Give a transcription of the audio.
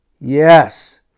Yes